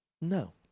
No